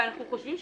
ואנחנו חושבים,